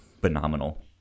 phenomenal